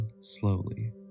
slowly